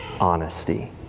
honesty